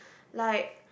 like